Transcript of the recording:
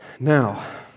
Now